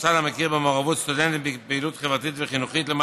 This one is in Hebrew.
מוסד המכיר במעורבות סטודנטים בפעילות חברתית וחינוכית למען